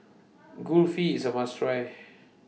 Kulfi IS A must Try